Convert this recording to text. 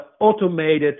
automated